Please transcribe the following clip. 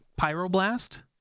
Pyroblast